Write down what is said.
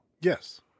Yes